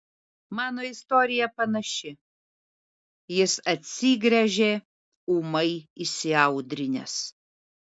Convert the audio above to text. mano istorija panaši jis atsigręžė ūmai įsiaudrinęs